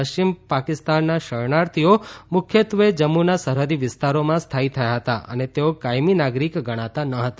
પશ્ચિમ પાકિસ્તાનના શરણાર્થીઓ મુખ્યત્વે જમ્મુના સરહદી વિસ્તારોમાં સ્થાયી થયા હતા અને તેઓ કાયમી નાગરિક ગણાતા ન હતા